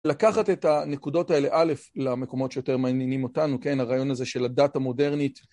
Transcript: לקחת את הנקודות האלה, א' למקומות שיותר מעניינים אותנו, הרעיון הזה של הדת המודרנית